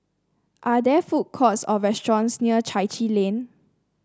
are there food courts or restaurants near Chai Chee Lane